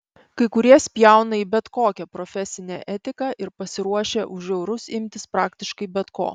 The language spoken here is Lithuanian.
kai kurie spjauna į bet kokią profesinę etiką ir pasiruošę už eurus imtis praktiškai bet ko